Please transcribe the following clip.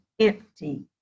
empty